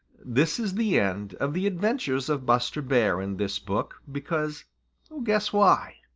this is the end of the adventures of buster bear in this book because guess why.